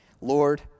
Lord